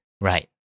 Right